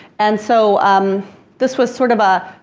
and so um this was sort of a,